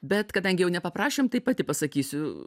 bet kadangi jau nepaprašėm tai pati pasakysiu